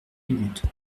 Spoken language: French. minutes